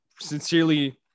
sincerely